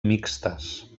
mixtes